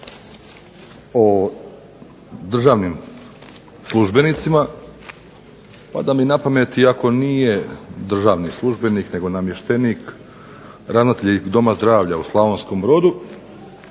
o državnim službenicima, pada mi na pamet iako nije državni službenik nego namještenik, ravnatelji Doma zdravlja u Slavonskom Brodu